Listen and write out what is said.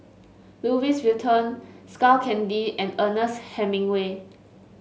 Louis Vuitton Skull Candy and Ernest Hemingway